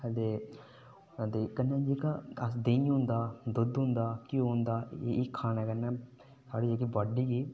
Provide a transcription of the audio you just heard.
ते कन्नै जेह्का देहीं होंदा दुद्ध होंदा घ्यो होंदा एह् खाने कन्नै साढ़ी जेह्की बॉडी गी